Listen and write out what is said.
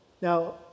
Now